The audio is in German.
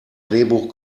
drehbuch